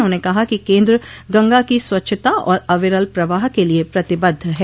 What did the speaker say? उन्होंने कहा कि केन्द्र गंगा की स्वच्छता और अविरल प्रवाह के लिए प्रतिबद्ध है